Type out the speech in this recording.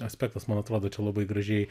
aspektas man atrodo čia labai gražiai